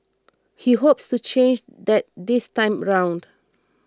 he hopes to change that this time round